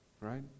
right